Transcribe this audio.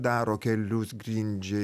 daro kelius grindžia